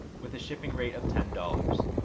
with a shipping rate of ten dollars.